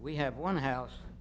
we have one house